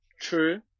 True